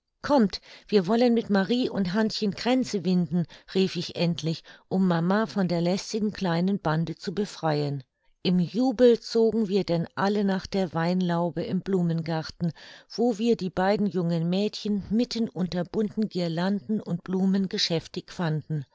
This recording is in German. kommt wir wollen mit marie und hannchen kränze winden rief ich endlich um mama von der lästigen kleinen bande zu befreien im jubel zogen wir denn alle nach der weinlaube im blumengarten wo wir die beiden jungen mädchen mitten unter bunten guirlanden und blumen geschäftig fanden